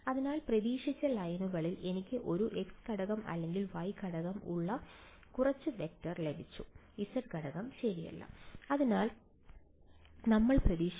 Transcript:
അതിനാൽ പ്രതീക്ഷിച്ച ലൈനുകളിൽ എനിക്ക് ഒരു x ഘടകം അല്ലെങ്കിൽ y ഘടകം ഉള്ള കുറച്ച് വെക്റ്റർ ലഭിച്ചു z ഘടകം ശരിയല്ല അതാണ് നമ്മൾ പ്രതീക്ഷിക്കുന്നത്